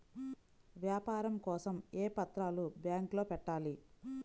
వ్యాపారం కోసం ఏ పత్రాలు బ్యాంక్లో పెట్టాలి?